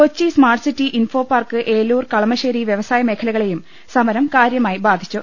Kochi smart city info park Eloor Kalamassery വ്യവസായ മേഖലകളെയും സമരം കാര്യമായി ബാധിച്ചു